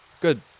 Good